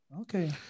Okay